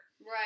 Right